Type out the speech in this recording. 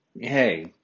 hey